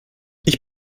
ich